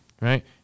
right